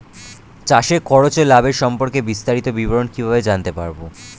চাষে খরচ ও লাভের সম্পর্কে বিস্তারিত বিবরণ কিভাবে জানতে পারব?